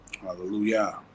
Hallelujah